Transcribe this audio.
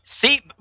See